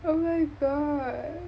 oh my god